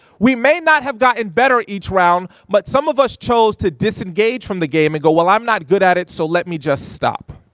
we may not have gotten better each round, but some of us chose to disengage from the game and go, well i'm not good at it, so let me just stop.